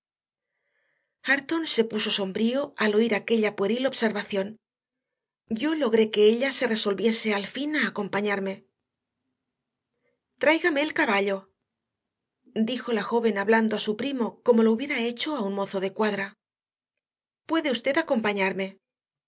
hareton se puso sombrío al oír aquella pueril observación yo logré que ella se resolviese al fin a acompañarme tráigame el caballo dijo la joven hablando a su primo como lo hubiera hecho a un mozo de cuadra puede usted acompañarme